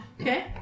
Okay